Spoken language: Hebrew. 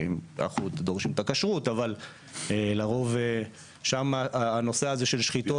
אנחנו דורשים את הכשרות אבל לרוב שמה הנושא הזה של שחיטות,